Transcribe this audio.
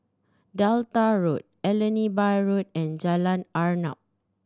Delta Road Allenby Road and Jalan Arnap